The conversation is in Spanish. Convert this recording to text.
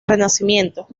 renacimiento